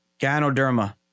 Ganoderma